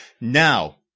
Now